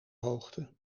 hoogte